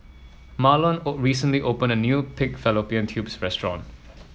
Mahlon O recently opened a new Pig Fallopian Tubes restaurant